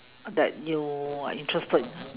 that you are interested